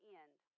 end